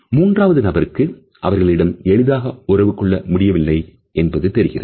மூன்றாவது நபருக்கு அவர்களிடம் எளிதாக உறவு கொள்ள முடியவில்லை என்பதும் தெரிகிறது